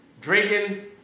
drinking